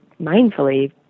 mindfully